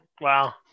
Wow